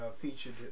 featured